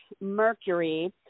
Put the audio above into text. Mercury